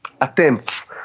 attempts